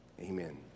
Amen